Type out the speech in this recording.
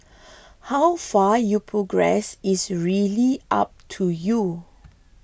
how far you progress is really up to you